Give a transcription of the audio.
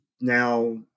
now